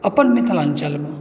अपन मिथिलाञ्चलमे